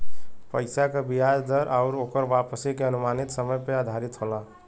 पइसा क बियाज दर आउर ओकर वापसी के अनुमानित समय पे आधारित होला